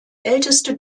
älteste